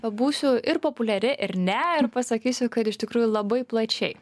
pabūsiu ir populiari ir ne ir pasakysiu kad iš tikrųjų labai plačiai